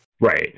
Right